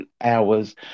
hours